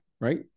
right